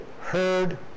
heard